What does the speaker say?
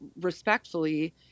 respectfully